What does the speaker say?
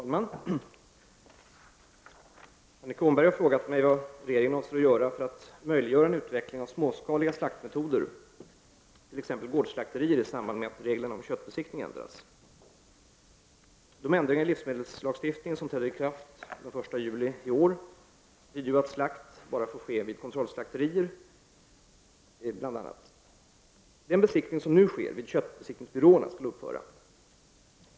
Herr talman! Annika Åhnberg har frågat mig vad regeringen avser att göra för att möjliggöra en utveckling av småskaliga slaktmetoder, t.ex. på gårdsslakterier, i samband med att reglerna om köttbesiktning ändras. De ändringar i livsmedelslagstiftningen som träder i kraft den 1 juli i år innebär bl.a. att slakt endast får ske vid kontrollslakterier. Den besiktning som nu sker vid köttbesiktningsbyråerna skall upphöra.